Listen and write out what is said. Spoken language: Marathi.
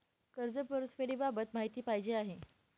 कर्ज परतफेडीबाबत माहिती पाहिजे आहे